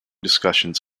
discussions